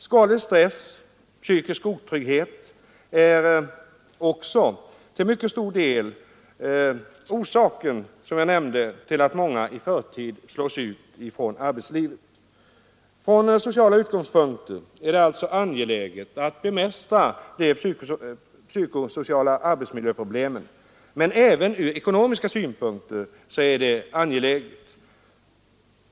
Skadlig stress och psykisk otrygghet är också, som jag nämnde, till mycket stor del orsaken till att många i förtid slås ut från arbetslivet. Från sociala utgångspunkter är det alltså angeläget att bemästra de psykosociala arbetsmiljöproblemen, men även ur ekonomiska synpunkter är det angeläget.